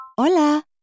Hola